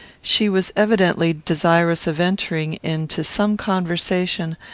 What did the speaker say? she was evidently desirous of entering into some conversation,